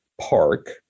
park